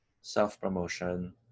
self-promotion